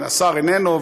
השר איננו,